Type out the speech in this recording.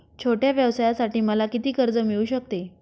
छोट्या व्यवसायासाठी मला किती कर्ज मिळू शकते?